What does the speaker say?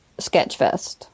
Sketchfest